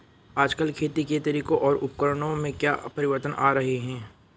आजकल खेती के तरीकों और उपकरणों में क्या परिवर्तन आ रहें हैं?